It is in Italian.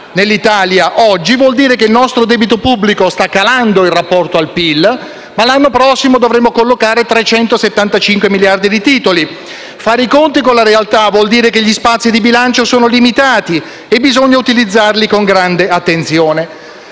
rendersi conto che il nostro debito pubblico sta calando in rapporto al PIL, ma l'anno prossimo dovremo collocare 375 miliardi di titoli. Fare i conti con la realtà vuol dire comprendere che gli spazi di bilancio sono limitati e bisogna utilizzarli con grande attenzione.